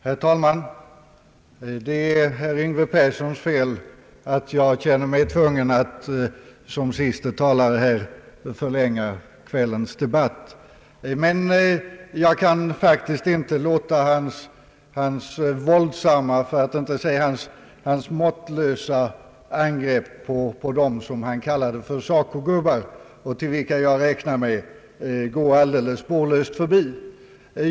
Herr talman! Det är herr Yngve Perssons fel att jag känner mig tvungen att som siste talare här förlänga kvällens debatt, men jag kan faktiskt inte låta hans våldsamma, för att inte säga måttlösa angrepp på dem, som han kallade för »SACO-gubbar» och till vilka jag räknar mig, gå alldeles spårlöst förbi.